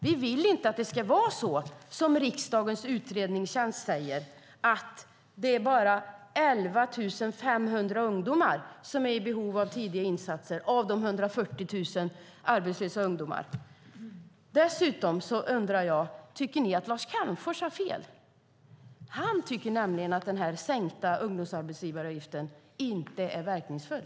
Vi vill inte att det ska vara som riksdagens utredningstjänst säger, nämligen att det är bara 11 500 ungdomar av de 140 000 arbetslösa ungdomarna som är i behov av tidiga insatser. Dessutom undrar jag: Tycker ni att Lars Calmfors har fel? Han tycker nämligen att sänkningen av arbetsgivaravgiften för ungdomar inte är verkningsfull.